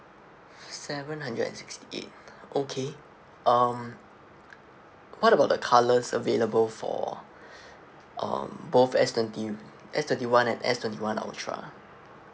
seven hundred and sixty eight okay um what about the colours available for um both S twenty S twenty one and S twenty one ultra